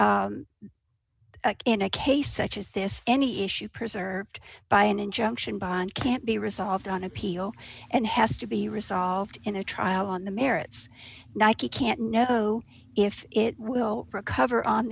that in a case such as this any issue preserved by an injunction bond can't be resolved on appeal and has to be resolved in a trial on the merits nike can't know if it will recover on